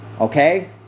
Okay